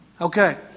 Okay